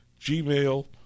Gmail